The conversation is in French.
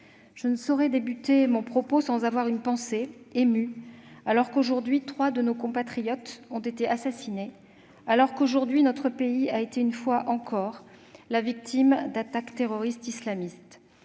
Je ne saurais commencer mon propos sans avoir une pensée émue, alors que trois de nos compatriotes ont été assassinés, aujourd'hui, et que notre pays a été une fois encore victime d'attaques terroristes islamistes.